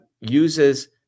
uses